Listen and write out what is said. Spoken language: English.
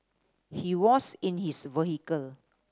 he was in his vehicle